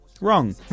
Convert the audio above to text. Wrong